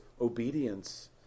obedience